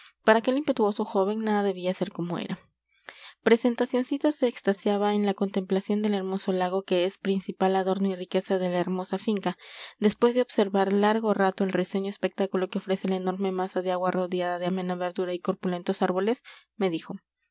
para aquel impetuoso joven nada debía ser como era presentacioncita se extasiaba en la contemplación del hermoso lago que es principal adorno y riqueza de la hermosa finca después de observar largo rato el risueño espectáculo que ofrece la enorme masa de agua rodeada de amena verdura y corpulentos árboles me dijo